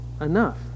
enough